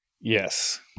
yes